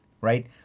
right